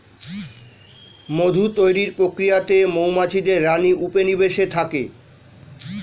মধু তৈরির প্রক্রিয়াতে মৌমাছিদের রানী উপনিবেশে থাকে